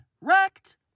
wrecked